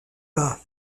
bas